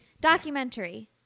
documentary